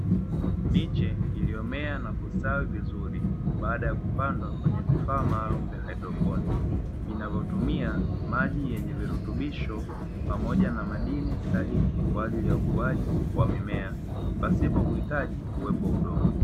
Miche iliyomea na kusali vizuri baada ya kupandwa kwenye vifaa maalumu vya "hydroponic" vinavyotumia maji yenye virutubisho pamoja na madini stahiki kwa ajili ya ukuaji wa mimea pasipo kuhitaji uwepo wa udongo.